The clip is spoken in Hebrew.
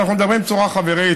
אנחנו מדברים בצורה חברית,